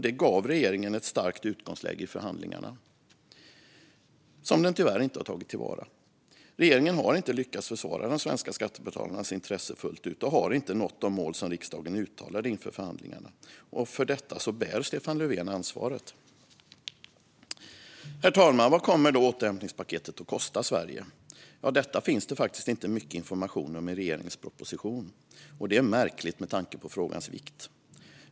Det gav regeringen ett starkt utgångsläge i förhandlingarna, som den tyvärr inte har tagit till vara. Regeringen har inte lyckats försvara de svenska skattebetalarnas intressen fullt ut och har inte nått de mål som riksdagen uttalade inför förhandlingarna. För detta bär Stefan Löfven ansvaret. Herr talman! Vad kommer då återhämtningspaketet att kosta Sverige? Detta finns det faktiskt inte mycket information om i regeringens proposition, och det är märkligt med tanke på frågans vikt.